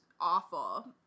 awful